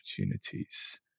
opportunities